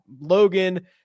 Logan